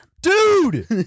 dude